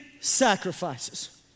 sacrifices